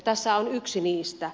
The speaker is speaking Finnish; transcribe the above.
tässä on yksi niistä